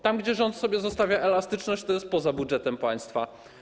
Tam gdzie rząd sobie zostawia elastyczność, tam jest to poza budżetem państwa.